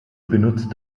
benutzt